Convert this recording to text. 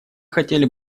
хотели